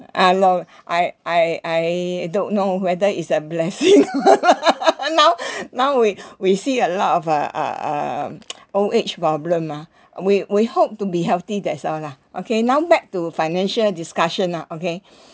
uh no I I I don't know whether is a blessing now now we we see a lot of uh uh uh old age problem mah we we hope to be healthy that's all lah okay now back to financial discussion ah okay